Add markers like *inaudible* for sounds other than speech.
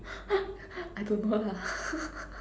*laughs* I don't know lah *laughs*